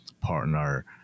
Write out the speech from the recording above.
partner